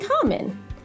common